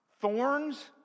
thorns